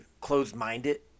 closed-minded